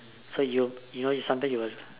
so you you know sometimes you will